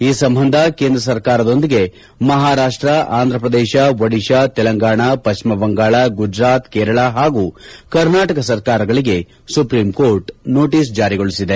ಈ ಸಂಬಂಧ ಕೇಂದ್ರ ಸರ್ಕಾರದೊಂದಿಗೆ ಮಹಾರಾಷ್ಟ ಆಂಧ್ರ ಪ್ರದೇಶ ಒಡಿಶಾ ತೆಲಂಗಾಣ ಪಶ್ಚಿಮ ಬಂಗಾಳ ಗುಜರಾತ್ ಕೇರಳ ಹಾಗೂ ಕರ್ನಾಟಕ ಸರ್ಕಾರಗಳಿಗೆ ಸುಪ್ರೀಂಕೋರ್ಟ್ ನೋಟಿಸ್ ಜಾರಿಗೊಳಿಸಿದೆ